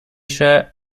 shirt